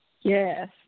Yes